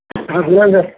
नमस्कार सर